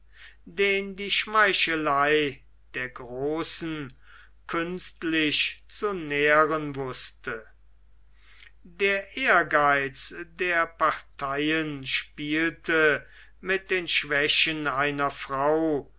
den die schmeichelei der großen künstlich zu nähren wußte der ehrgeiz der parteien spielte mit den schwächen einer frau